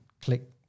click